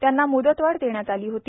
त्यांना मुदतवाढ देण्यात आली होती